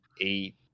eight